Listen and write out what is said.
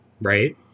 Right